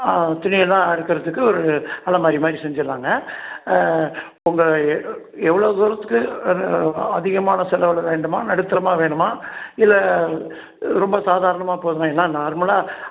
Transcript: ஆ துணியெல்லாம் அடுக்கறதுக்கு ஒரு அலமாரி மாதிரி செஞ்சிடலாம்ங்க உங்கள் எவ்வளோ தூரத்துக்கு அதிகமான செலவில் வேண்டுமா நடுத்தரமாக வேணுமா இல்லை ரொம்ப சாதாரணமாக போதுமா ஏன்னா நார்மலாக